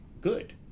good